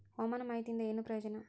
ಹವಾಮಾನ ಮಾಹಿತಿಯಿಂದ ಏನು ಪ್ರಯೋಜನ?